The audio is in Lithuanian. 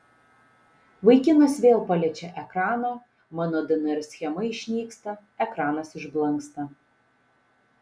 vaikinas vėl paliečia ekraną mano dnr schema išnyksta ekranas išblanksta